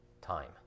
time